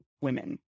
women